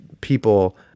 people